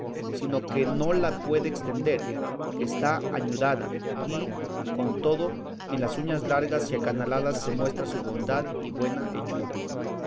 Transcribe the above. sino que no la puede estender que está añudada y con todo en las uñas largas y acanaladas se muestra su bondad y buena hechura